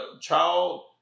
child